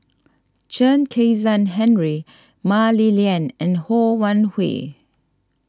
Chen Kezhan Henri Mah Li Lian and Ho Wan Hui